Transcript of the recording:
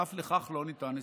ואף לכך לא ניתן הסבר.